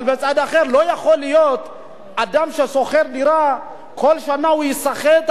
אבל מצד אחר לא יכול להיות אדם ששוכר דירה כל שנה ייסחט,